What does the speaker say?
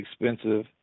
expensive